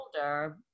older